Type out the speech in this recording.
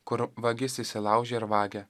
kur vagis įsilaužia ir vagia